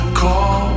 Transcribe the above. call